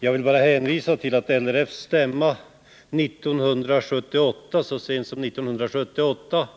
Jag vill bara hänvisa till att LRF:s stämma så sent som 1978